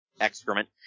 excrement